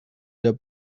der